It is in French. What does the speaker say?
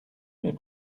mes